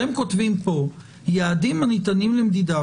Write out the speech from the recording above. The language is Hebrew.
אתם כותבים פה: "יעדים הניתנים למדידה